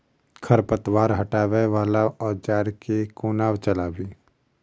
खरपतवार हटावय वला औजार केँ कोना चलाबी?